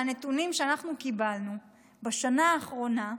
מהנתונים שאנחנו קיבלנו בשנה האחרונה,